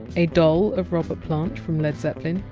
a doll of robert plant from led zeppelin,